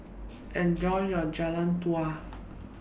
Enjoy your Jian Dui